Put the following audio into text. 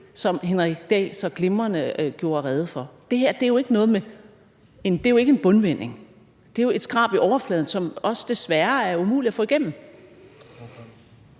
hr. Henrik Dahl så glimrende gjorde rede for. Det her er jo ikke en bundvending. Det er jo et skrab i overfladen, som desværre også er umuligt at få igennem.